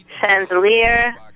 chandelier